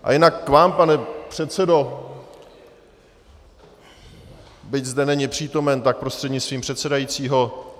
A jinak k vám, pane předsedo , byť zde není přítomen, tak prostřednictvím předsedajícího.